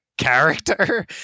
Character